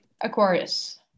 Aquarius